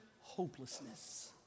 hopelessness